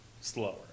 slower